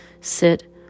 sit